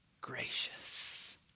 gracious